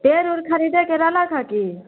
पेड़ ओड़ खरीदैके रहलक की